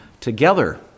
together